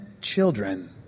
children